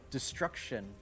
Destruction